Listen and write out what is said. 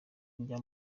njya